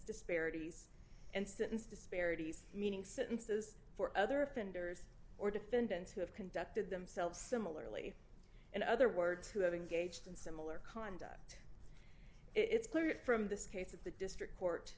disparities and sentence disparities meaning sentences for other offenders or defendants who have conducted themselves similarly in other words who have engaged in similar conduct it's clear from this case that the district court